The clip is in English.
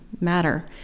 matter